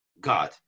God